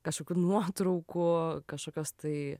kažkokių nuotraukų kažkokios tai